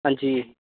हां जी